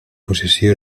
posició